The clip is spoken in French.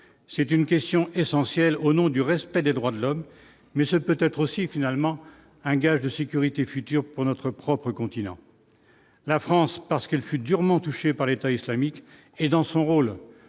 c'est une question essentielle au nom du respect des droits de l'homme, mais c'est peut-être aussi finalement un gage de sécurité future pour notre propre continent. La France parce qu'elle fut durement touchés par l'État islamique est dans son rôle